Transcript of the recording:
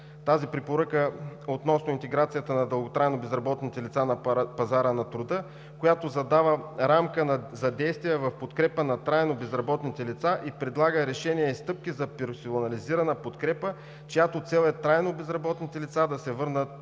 с препоръка относно интеграцията на дълготрайно безработните лица на пазара на труда, която задава рамка за действие в подкрепа на трайно безработните лица, и предлага решение и стъпки за персонализирана подкрепа, чиято цел е трайно безработните лица да се върнат